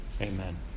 Amen